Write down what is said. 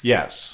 Yes